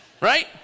Right